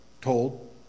told